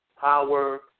power